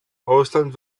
ausland